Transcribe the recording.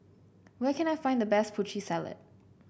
where can I find the best Putri Salad